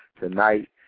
tonight